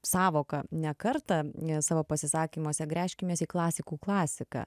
sąvoką ne kartą ne savo pasisakymuose gręžkimės į klasikų klasiką